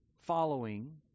following